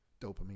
dopamine